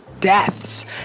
deaths